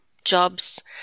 Jobs